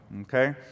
okay